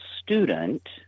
student